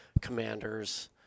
commanders